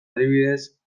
adibidez